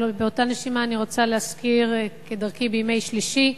אבל באותה נשימה אני רוצה להזכיר, בימי שלישי,